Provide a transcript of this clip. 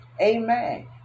Amen